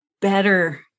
better